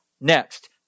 Next